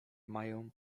mają